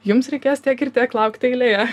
jums reikės tiek ir tiek laukti eilėje